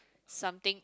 something